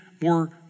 more